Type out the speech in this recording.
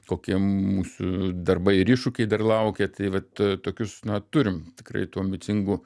kokie mūsų darbai ir iššūkiai dar laukia tai vat tokius na turim tikrai tų ambicingų